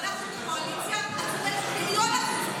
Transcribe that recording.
ופניתי גם ליושב-ראש הקואליציה אופיר כץ,